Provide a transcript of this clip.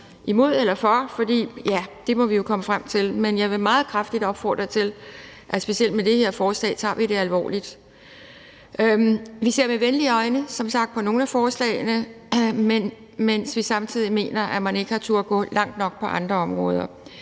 imod eller for? Det må vi jo komme frem til. Men jeg vil meget kraftigt opfordre til, at vi specielt med det her forslag tager det alvorligt. Vi ser som sagt med venlige øjne på nogle af forslagene, mens vi omvendt mener, at man ikke har turdet gå langt nok på andre områder.